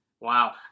Wow